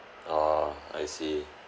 orh I see